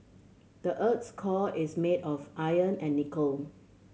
the earth's core is made of iron and nickel